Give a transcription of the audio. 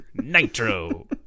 Nitro